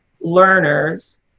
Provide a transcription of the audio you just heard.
learners